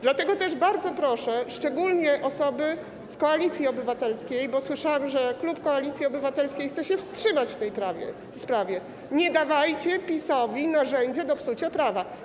Dlatego też bardzo proszę szczególnie osoby z Koalicji Obywatelskiej - bo słyszałam, że klub Koalicji Obywatelskiej chce się wstrzymać od głosu w tej sprawie - nie dawajcie PiS-owi narzędzia do psucia prawa.